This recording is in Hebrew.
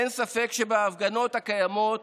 אין ספק שבהפגנות הקיימות